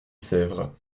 sèvres